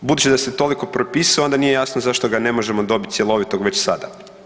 Budući da se toliko prepisuje onda nije jasno zašto ga ne možemo dobiti cjelovitog već sada.